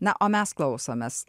na o mes klausomės